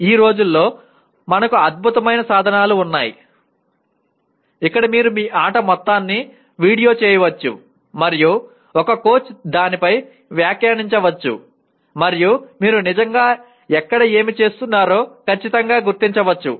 ఈ రోజుల్లో మనకు అద్భుతమైన సాధనాలు ఉన్నాయి ఇక్కడ మీరు మీ ఆట మొత్తాన్ని వీడియో చేయవచ్చు మరియు ఒక కోచ్ దానిపై వ్యాఖ్యానించవచ్చు మరియు మీరు నిజంగా ఎక్కడ ఏమి చేస్తున్నారో ఖచ్చితంగా గుర్తించవచ్చు